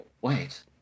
Wait